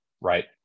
right